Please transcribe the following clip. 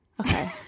okay